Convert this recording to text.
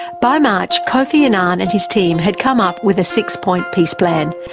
by march, kofi annan and his team had come up with a six-point peace plan,